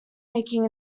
making